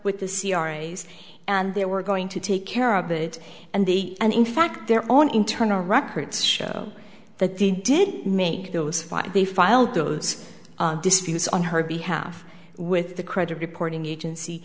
with the c r a and they were going to take care of it and the and in fact their own internal records show that they did make this fight they filed those disputes on her behalf with the credit reporting agency